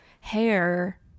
hair